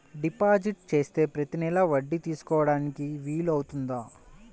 Deposit చేస్తే ప్రతి నెల వడ్డీ తీసుకోవడానికి వీలు అవుతుందా?